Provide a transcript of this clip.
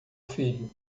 filho